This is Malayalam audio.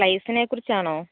പ്ലൈസിനെ കുറിച്ചാണോ